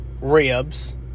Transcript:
ribs